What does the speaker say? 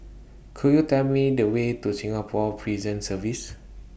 Could YOU Tell Me The Way to Singapore Prison Service